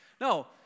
No